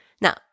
Now